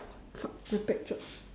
fuck my bag dropped